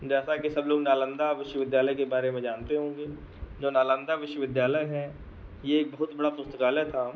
जैसा कि सब लोग नालन्दा विश्वविद्यालय के बारे में जानते होंगे जो नालन्दा विश्वविद्यालय है यह एक बहुत बड़ा पुस्तकालय था